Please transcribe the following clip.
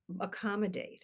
accommodate